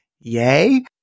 Yay